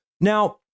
Now